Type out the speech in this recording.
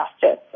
Justice